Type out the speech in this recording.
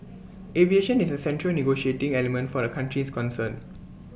aviation is A central negotiating element for the countries concerned